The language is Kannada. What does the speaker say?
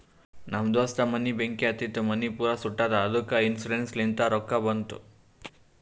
ನಮ್ ದೋಸ್ತ ಮನಿಗ್ ಬೆಂಕಿ ಹತ್ತಿತು ಮನಿ ಪೂರಾ ಸುಟ್ಟದ ಅದ್ದುಕ ಇನ್ಸೂರೆನ್ಸ್ ಲಿಂತ್ ರೊಕ್ಕಾ ಬಂದು